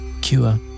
cure